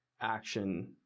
action